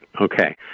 okay